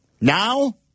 Now